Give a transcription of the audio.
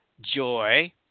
joy